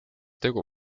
tegu